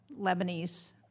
Lebanese